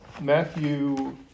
Matthew